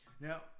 Now